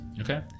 Okay